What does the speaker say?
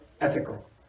ethical